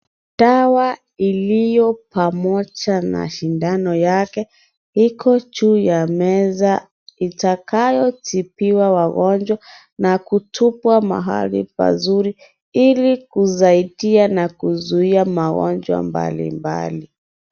Dawa iliyo pamoja na sindano yake. Iko juu ya meza. Itakayotibiwa wagonjwa na kutupwa mahali pazuri, ili kusaidia na kuzuia magonjwa mbalimbali.